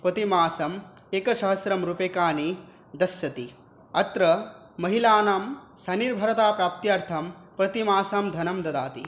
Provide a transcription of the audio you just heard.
प्रतिमासम् एकसहस्रं रूप्यकाणि दास्यति अत्र महिलानां सनिर्भरता प्राप्त्यर्थं प्रतिमासं धनं ददाति